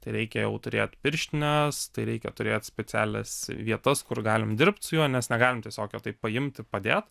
tai reikia jau turėt pirštines tai reikia turėt specialias vietas kur galim dirbt su juo nes negalim tiesiog jo taip paimti padėt